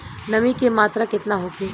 नमी के मात्रा केतना होखे?